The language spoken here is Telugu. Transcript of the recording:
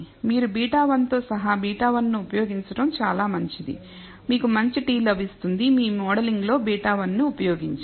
మీరు β1 తో సహా β1 ను ఉపయోగించడం చాలా మంచిది మీకు మంచి t లభిస్తుంది మీ మోడలింగ్ లో β1 ఉపయోగించి